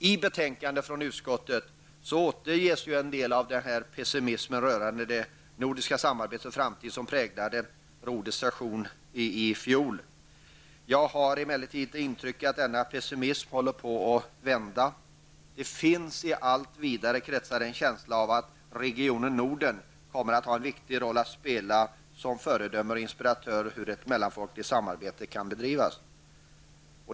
I utskottets betänkande återges en del av den pessimism rörande det nordiska samarbetet för framtiden som präglade det Nordiska rådets session i fjol. Jag har emellertid intrycket att denna pessimism håller på att vända. Det finns i allt vidare kretsar en känsla av att regionen Norden kommer att ha en viktig roll att spela som föredöme och inspiratör för hur ett mellanfolkligt samarbete kan bedrivas.